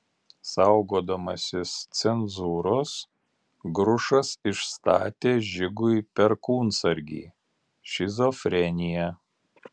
saugodamasis cenzūros grušas išstatė žigui perkūnsargį šizofreniją